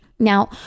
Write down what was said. Now